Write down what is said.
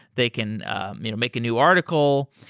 they can you know make a new article.